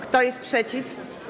Kto jest przeciw.